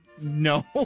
No